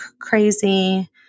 crazy